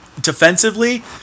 Defensively